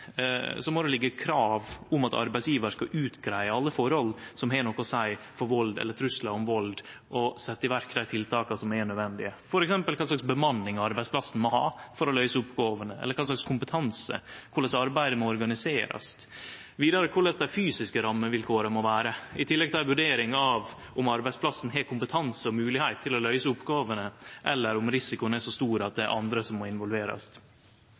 krav om at arbeidsgjevar skal greie ut alle forhold som har noko å seie for vald eller truslar om vald, og setje i verk dei tiltaka som er nødvendige, f.eks. kva slags bemanning arbeidsplassen må ha for å løyse oppgåvene, eller kva slags kompetanse, korleis arbeidet må organiserast, og, vidare, korleis dei fysiske rammevilkåra må vere – i tillegg til ei vurdering av om arbeidsplassen har kompetanse og moglegheit til å løyse oppgåvene, eller om risikoen er så stor at det er andre som må involverast.